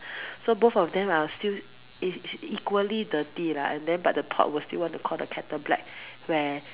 so both of them are still is equally dirty lah and then but the pot will still want to Call the kettle black where